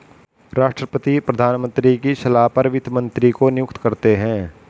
राष्ट्रपति प्रधानमंत्री की सलाह पर वित्त मंत्री को नियुक्त करते है